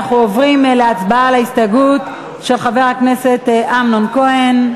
אנחנו עוברים להצבעה על ההסתייגות של חבר הכנסת אמנון כהן.